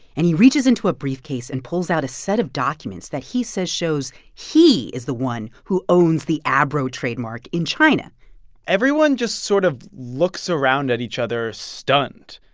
and he reaches into a briefcase and pulls out a set of documents that he says shows he is the one who owns the abro trademark in china everyone just sort of looks around at each other, stunned.